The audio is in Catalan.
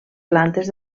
plantes